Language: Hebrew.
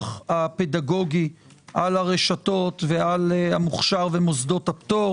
הפדגוגי על הרשתות ועל המוכשר ומוסדות הפטור?